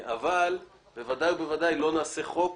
אבל בוודאי ובוודאי לא נחוקק חוק